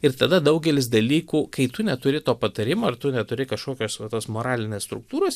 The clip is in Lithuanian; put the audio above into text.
ir tada daugelis dalykų kai tu neturi to patarimo ar tu neturi kažkokios va tos moralinės struktūros